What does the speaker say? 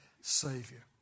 Savior